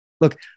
Look